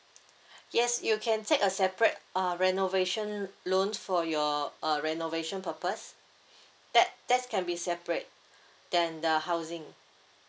yes you can take a separate uh renovation loan for your uh renovation purpose that that can be separate than the housing